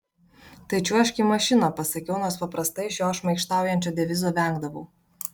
tai čiuožk į mašiną pasakiau nors paprastai šio šmaikštaujančio devizo vengdavau